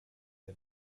der